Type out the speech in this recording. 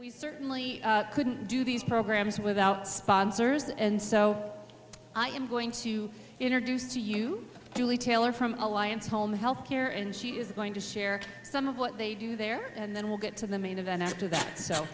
we certainly couldn't do these programs without sponsors and so i am going to introduce you to lea taylor from alliance home health care and she is going to share some of what they do there and then we'll get to the main event after that so